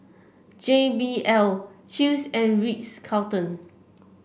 J B L Chew's and Ritz Carlton